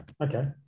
Okay